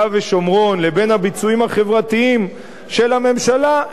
ושומרון לבין הביצועים החברתיים של הממשלה,